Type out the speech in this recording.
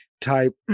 type